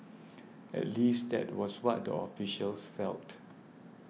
at least that was what the officials felt